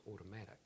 automatic